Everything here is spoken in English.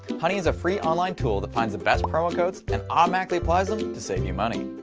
honey is a free online tool that finds the best promo codes and automatically applies them to save you money.